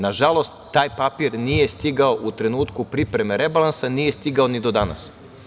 Nažalost, taj papir nije stigao u trenutku pripreme rebalansa, nije stigao ni do danas.